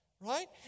Right